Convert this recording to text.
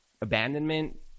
abandonment